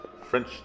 french